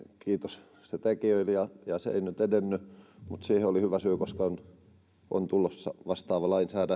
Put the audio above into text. kiitos sen tekijöille se ei nyt edennyt mutta siihen oli hyvä syy koska on tulossa vastaava